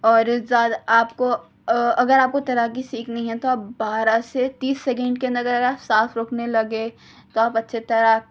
اور اس زیادہ آپ کو اگر آپ کو تیراکی سیکھنی ہے تو آپ بارہ سے تیس سیکنڈ کے اندر اگر آپ سانس روکنے لگے تو آپ اچھے تیراک